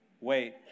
wait